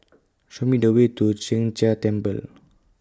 Show Me The Way to Sheng Jia Temple